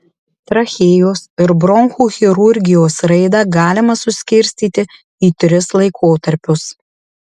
trachėjos ir bronchų chirurgijos raidą galima suskirstyti į tris laikotarpius